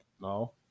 No